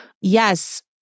yes